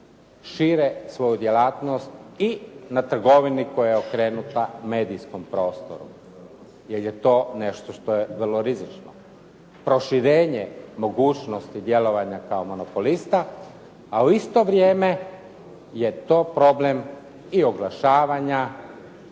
šire svoju djelatnost i na trgovini koja je okrenuta medijskom prostoru, jer je to što je vrlo rizično. Proširenje mogućnosti djelovanja kao monopolista, a u isto vrijeme je to problem i oglašavanja